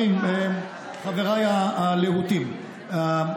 חבריי הלהוטים,